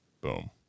Boom